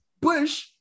Bush